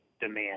demand